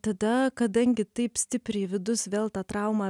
tada kadangi taip stipriai vidus vėl tą traumą